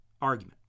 argument